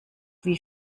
wie